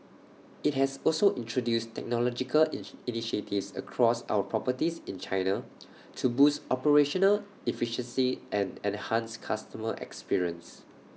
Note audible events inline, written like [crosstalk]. IT has also introduced technological [unintelligible] initiatives across our properties in China [noise] to boost operational efficiency and enhance customer experience